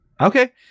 Okay